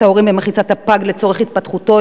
ההורים במחיצת הפג לצורך התפתחותו.